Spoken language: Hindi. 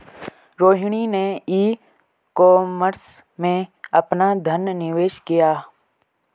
रोहिणी ने ई कॉमर्स में अपना धन निवेश किया